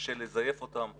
שקשה לזייף אותן.